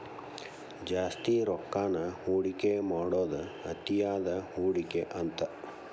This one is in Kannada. ಜಾಸ್ತಿ ರೊಕ್ಕಾನ ಹೂಡಿಕೆ ಮಾಡೋದ್ ಅತಿಯಾದ ಹೂಡಿಕೆ ಅಂತ